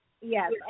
Yes